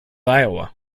iowa